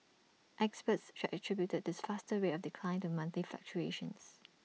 experts should attributed this faster rate of decline to monthly fluctuations